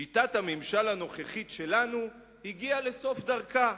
שיטת הממשל הנוכחית שלנו הגיעה לסוף דרכה.